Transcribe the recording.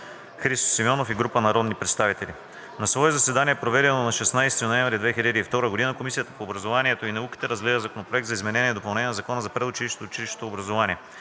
Христо Симеонов и група народни представители На свое заседание, проведено на 16 ноември 2022 г., Комисията по образованието и науката разгледа Законопроект за изменение и допълнение на Закона за предучилищното и училищното образование,